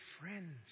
friends